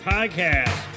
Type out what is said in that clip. Podcast